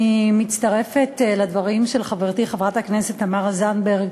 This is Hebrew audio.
אני מצטרפת לדברים של חברתי חברת הכנסת תמר זנדברג,